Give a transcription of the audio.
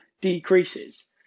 decreases